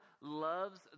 loves